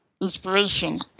inspiration